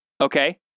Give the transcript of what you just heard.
Okay